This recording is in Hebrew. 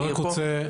אני.